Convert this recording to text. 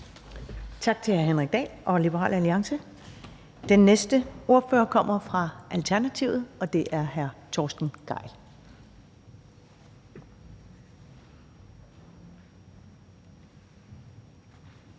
Tak til hr. Henrik Dahl fra Liberal Alliance. Den næste ordfører kommer fra Alternativet, og det er hr. Torsten Gejl.